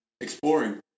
exploring